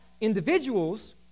individuals